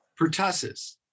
Pertussis